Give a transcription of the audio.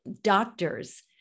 doctors